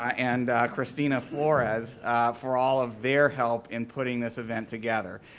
and christina flores for all of their help in putting this event together.